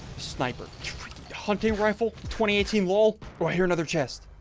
sniper hunting rifle twenty eighteen wall. ooh, i hear another chest.